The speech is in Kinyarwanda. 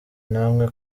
namwe